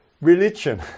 religion